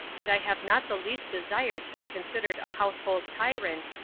and i have not the least desire to be considered a household tyrant,